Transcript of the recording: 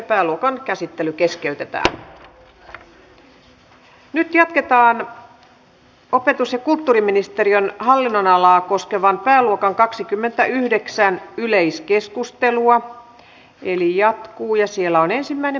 siinä luotan tällä hetkellä täysin ministeri lindströmin ja ministeri orvon tapaan hoitaa asiaa ja heille isot kiitokset siitä